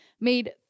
made